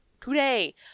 Today